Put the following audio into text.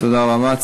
תודה רבה.